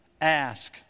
Ask